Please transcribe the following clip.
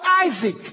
Isaac